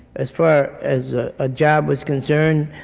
as far as a ah job was concerned,